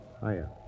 hiya